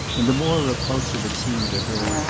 and the more repulsive it seemed to her,